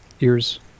ears